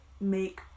make